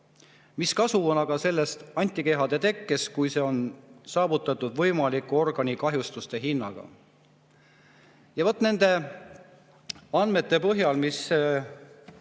Mis kasu on aga antikehade tekkest, kui see on saavutatud võimaliku organikahjustuse hinnaga? Ja vaat nende andmete põhjal, mis